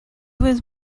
was